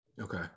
Okay